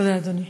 תודה, אדוני.